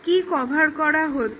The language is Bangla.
কি কভার করা হয়েছে